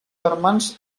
germans